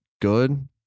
good